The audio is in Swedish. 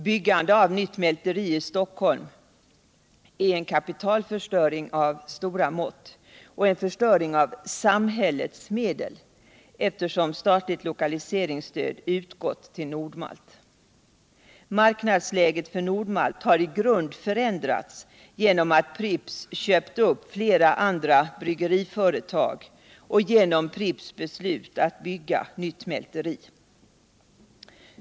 Byggandet av ett nytt mälteri i Stockholm är en kapitalförstöring av stora mått och därj förstöring av samhällets medel, eftersom statligt lokaliseringsstöd har utgått till Nord-Malt. Marknadsläget för Nord-Malt har i grunden förändrats genom att Pripps köpt upp flera andra bryggeriföretag och genom Pripps beslut att bygga ett nytt mälteri.